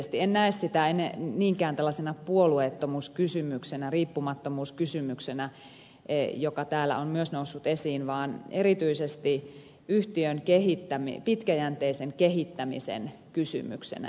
en näe sitä niinkään tällaisena puolueettomuuskysymyksenä riippumattomuuskysymyksenä joka täällä on myös noussut esiin vaan erityisesti yhtiön pitkäjänteisen kehittämisen kysymyksenä